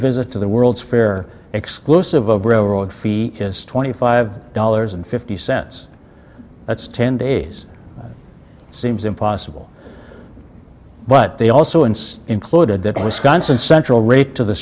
visit to the world's fair exclusive of railroad fee is twenty five dollars and fifty cents that's ten days seems impossible but they also insist included that the wisconsin central rate to the